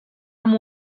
amb